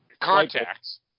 contacts